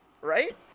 Right